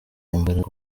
imbaraga